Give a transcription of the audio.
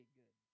good